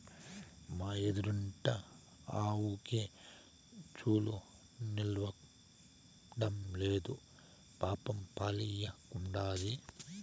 మా ఎదురిండ్ల ఆవుకి చూలు నిల్సడంలేదు పాపం పాలియ్యకుండాది